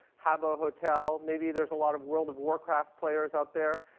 habbo hotel. maybe there's a lot of world of war craft players out there.